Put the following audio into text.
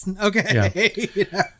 okay